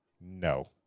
No